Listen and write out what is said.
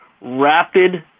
rapid